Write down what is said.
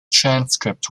transcript